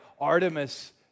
Artemis